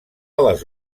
les